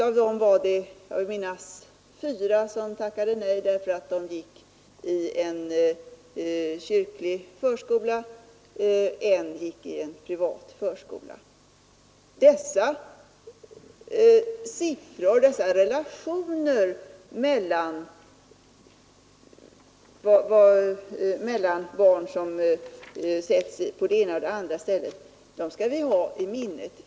Av dem var det, vill jag minnas, fyra som tackade nej därför att de gick i en kyrklig förskola. Ett barn gick i en privat förskola. Dessa relationer mellan barn som sätts på det ena eller andra stället skall vi ha i minnet.